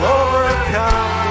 overcome